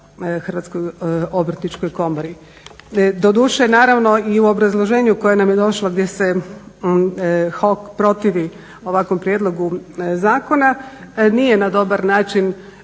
ostaviti zaista HOK-u. Doduše, naravno i u obrazloženju koje nam je došlo gdje se HOK protivi ovakvom prijedlogu zakona nije na dobar način